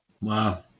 Wow